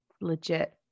Legit